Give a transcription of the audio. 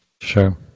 Sure